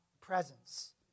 presence